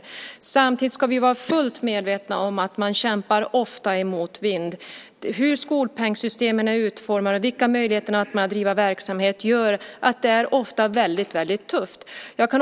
Samtidigt ska vi vara fullt medvetna om att man ofta kämpar i motvind. Med tanke på hur skolpengsystemen är utformade och vilka möjligheterna är att driva verksamhet är det ofta väldigt tufft.